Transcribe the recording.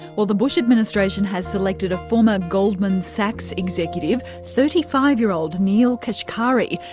well, the bush administration has selected a former goldman sachs executive, thirty five year old neel kashkari,